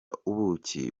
ubuki